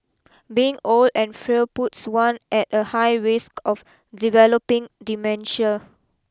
being old and frail puts one at a high risk of developing dementia